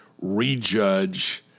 rejudge